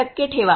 टक्के ठेवा